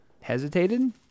hesitated